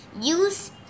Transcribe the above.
Use